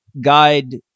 guide